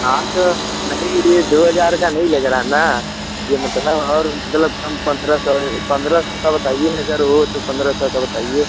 हाँ तो नहीं यह दो हज़ार का नहीं लग रहा ना यह मतलब और मतलब कम पंद्रह सौ पंद्रह सौ का बताइए अगर वो हो तो पंद्रह सौ का बताइए